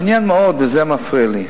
מעניין מאוד, וזה מפריע לי,